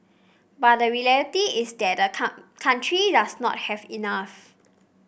but the reality is that the country does not have enough